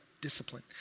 discipline